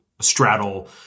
straddle